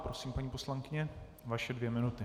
Prosím, paní poslankyně, vaše dvě minuty.